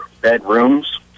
bedrooms